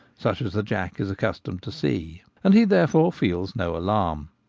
such as the jack is accustomed to see, and he therefore feels no alarm.